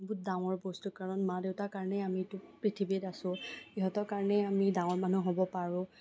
বহুত ডাঙৰ বস্তু কাৰণ মা দেউতাৰ কাৰণে আমিতো পৃথিৱীত আছোঁ ইহঁতৰ কাৰণেই আমি ডাঙৰ মানুহ হ'ব পাৰোঁ